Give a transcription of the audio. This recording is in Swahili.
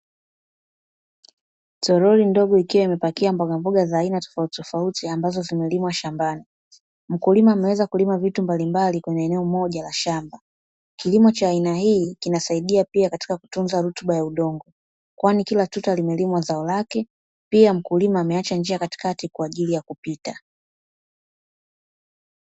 Toroli ndogo ikiwa imepakia mbogamboga za aina tofauti tofauti ambazo zimelimwa shambani. Mkulima ameweza kulima vitu mbalimbali kwenye eneo moja la shamba. Kilimo cha aina hii, kinasaidia pia katika kutunza rutuba ya udongo. Kwani kila tuta limelimwa zao lake, pia mkulima ameacha njia katikati kwa ajili ya kupita.